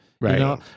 Right